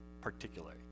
particularly